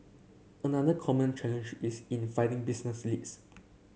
another common challenge is in finding business leads